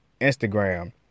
Instagram